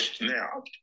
Now